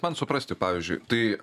man suprasti pavyzdžiui tai